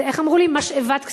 זה איך אמרו לי, משאבת כספים.